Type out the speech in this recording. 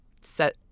set